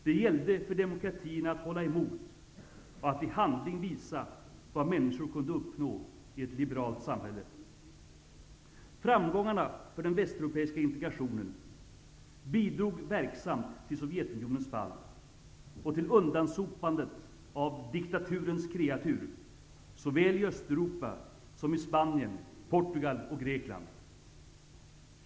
Det gällde för demokratierna att hålla emot och att i handling visa vad människor kunde uppnå i ett liberalt samhälle. Framgångarna för den västeuropeiska integrationen bidrog verksamt till Sovjetunionens fall och till undansopandet av ''diktaturens kreatur'' såväl i Östeuropa som i Spanien, Portugal och Grekland.